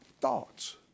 thoughts